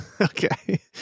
Okay